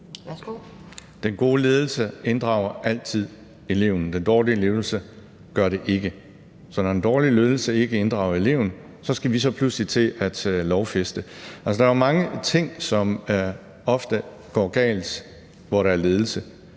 Den gode ledelse inddrager altid eleven – den dårlige ledelse gør det ikke. Så når den dårlige ledelse ikke inddrager eleven, skal vi så pludselig til at lovgive. Altså, der er jo mange ting, som ofte går galt på grund af ledelse.